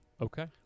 Okay